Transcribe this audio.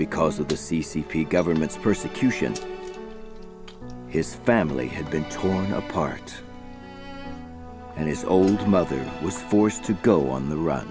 because of the c c p government's persecution his family had been torn apart and his old mother was forced to go on the run